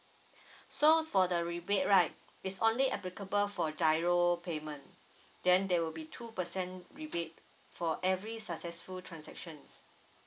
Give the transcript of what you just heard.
so for the rebate right is only applicable for GIRO payment then there will be two percent rebate for every successful transaction